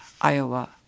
Iowa